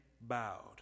bowed